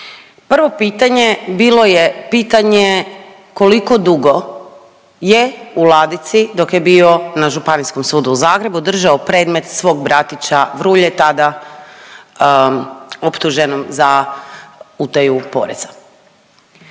Prvo pitanje bilo je pitanje koliko dugo je u ladici dok je bio na Županijskom sudu u Zagrebu držao predmet svog bratića Vrulje tada optuženom za utaju poreza?